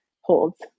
holds